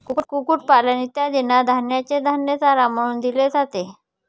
कुक्कुटपालन इत्यादींना धान्याचे धान्य चारा म्हणून दिले जाते